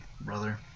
brother